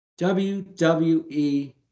WWE